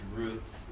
roots